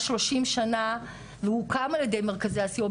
שלושים שנה והוקם על ידי מרכזי הסיוע,